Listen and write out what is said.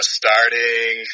starting